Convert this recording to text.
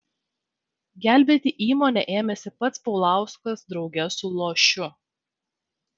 gelbėti įmonę ėmėsi pats paulauskas drauge su lošiu